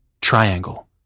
triangle